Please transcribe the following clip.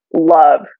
love